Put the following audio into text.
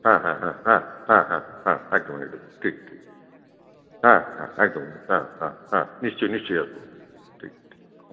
হ্যাঁ হ্যাঁ হ্যাঁ হ্যাঁ হ্যাঁ হ্যাঁ হ্যাঁ একদম এরকম ঠিক ঠিক হ্যাঁ হ্যাঁ একদম হ্যাঁ হ্যাঁ হ্যাঁ নিশ্চয়ই নিশ্চয়ই আসবো ঠিক ঠিক